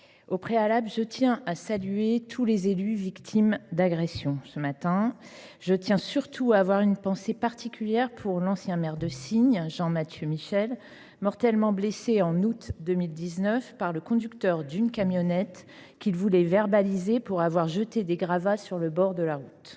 je tiens tout d’abord à saluer tous les élus victimes d’agression. J’ai une pensée particulière pour l’ancien maire de Signes, Jean Mathieu Michel, mortellement blessé en août 2019 par le conducteur d’une camionnette qu’il voulait verbaliser pour avoir jeté des gravats sur le bord de la route.